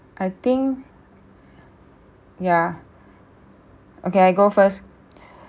I think yeah okay I go first